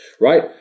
right